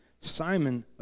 Simon